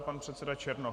Pan předseda Černoch.